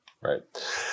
right